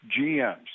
GMs